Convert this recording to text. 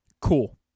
Cool